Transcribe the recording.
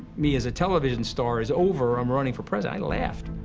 me as a television star is over, i'm running for president i laughed.